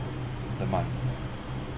per month